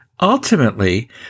Ultimately